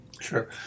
Sure